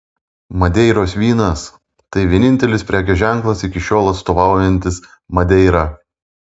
madeiros vynas tai vienintelis prekės ženklas iki šiol atstovaujantis madeirą